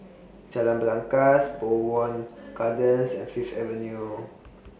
Jalan Belangkas Bowmont Gardens and Fifth Avenue